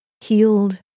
healed